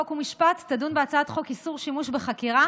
חוק ומשפט תדון בהצעת חוק איסור שימוש בחקירה